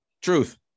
Truth